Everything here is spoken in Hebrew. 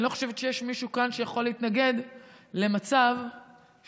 אני לא חושבת שיש מישהו כאן שיכול להתנגד למצב שבו